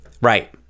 Right